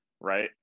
right